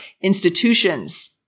institution's